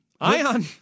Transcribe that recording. ION